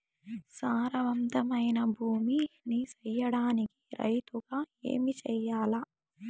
సారవంతమైన భూమి నీ సేయడానికి రైతుగా ఏమి చెయల్ల?